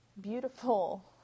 Beautiful